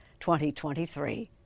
2023